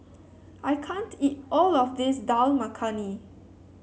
I can't eat all of this Dal Makhani